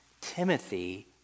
Timothy